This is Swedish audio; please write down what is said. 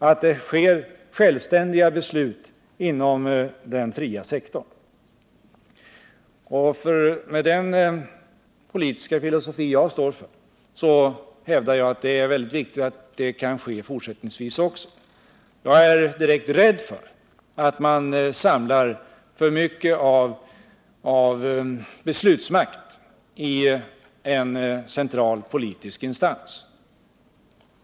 Det bör alltså ske självständiga beslut inom den fria sektorn. Med den politiska filosofi jag står för hävdar jag att det är mycket viktigt att så kan ske även fortsättningsvis. Jag är direkt rädd för att man samlar för mycket beslutsmakt i en central politisk instans.